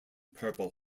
purple